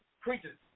preachers